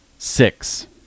Six